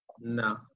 No